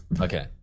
Okay